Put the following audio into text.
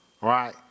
Right